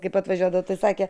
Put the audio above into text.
kaip atvažiuodavo tai sakė